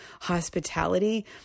hospitality